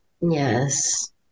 yes